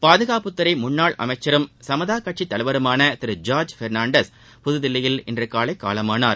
பாதுகாப்புத்துறை முன்னாள் அமைச்சரும் சமதா கட்சித் தலைவருமான திரு ஜா்ஜ் பொனாண்டஸ் புதுதில்லியில் இன்று காலை காலமானார்